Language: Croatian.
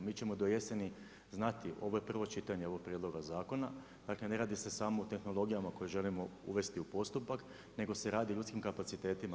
Mi ćemo do jeseni znati, ovo je prvo čitanje ovog prijedloga zakona, dakle ne radi se samo o tehnologijama koje želimo uvesti u postupak nego se radi o ljudskim kapacitetima.